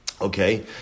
Okay